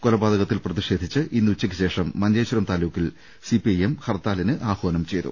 കൊലപാതകത്തിൽ പ്രതിഷേധിച്ച് ഇന്ന് ഉച്ചയ്ക്കുശേഷം മഞ്ചേശ്വരം താലൂക്കിൽ സി പി ഐ എം ഹർത്താ ലിന് ആഹ്വാനം ചെയ്തു